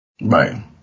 Right